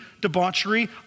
debauchery